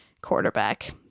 quarterback